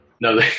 No